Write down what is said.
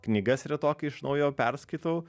knygas retokai iš naujo perskaitau